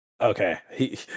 Okay